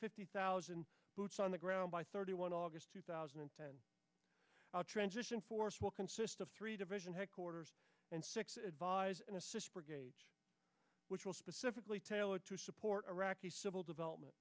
fifty thousand boots on the ground by thirty one august two thousand and ten transition force will consist of three division headquarters and six advise and assist which will specifically tailored to support iraqi civil development